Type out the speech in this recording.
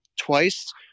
twice